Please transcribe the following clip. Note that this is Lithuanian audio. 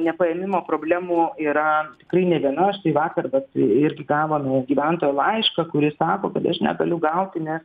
nepaėmimo problemų yra tikrai ne viena aš tai vakar irgi gavome gyventojo laišką kuris sako kad aš negaliu gauti nes